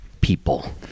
people